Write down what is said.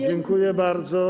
Dziękuję bardzo.